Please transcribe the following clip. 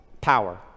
power